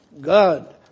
God